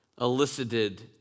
elicited